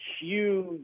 huge